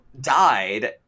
died